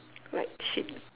like shit